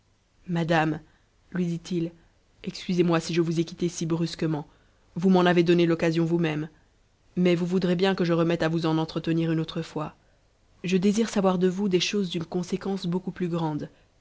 majatue lui dit-il excusez-moi si je vous ai quittée si brusquement vous tu'en avez donné l'occasion vous-même mais vous voudrez bien que je remette à vous en entretenir une autre fois je désire savoir de vous des choses d'une conséquence beaucoup plus grande